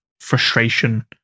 frustration